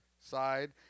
side